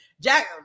Jack